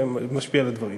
שמשפיע על הדברים.